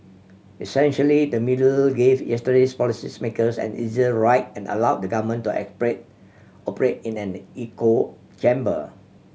essentially the media gave yesterday's policy makers an easier ride and allowed the government to operate in an echo chamber